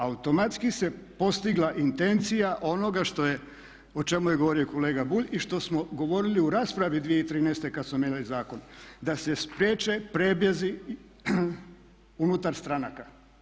Automatski se postigla intencija onoga o čemu je govorio i kolega Bulj i što smo govorili u raspravi 2013. kada smo mijenjali zakon da se spriječe prebjezi unutar stranaka.